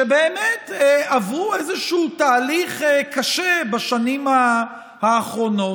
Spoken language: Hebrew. שבאמת עברו איזשהו תהליך קשה בשנים האחרונות.